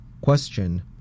Question